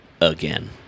again